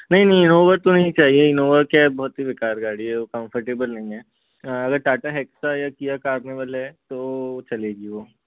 नहीं नहीं इन्नोवा तो नहीं चाहिए इन्नोवा क्या है बहुत ही बेकार गाड़ी है वो कंफ़र्टेबल नहीं है अगर टाटा हेक्सा या किआ कार्निवल है तो चलेगी वो